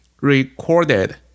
recorded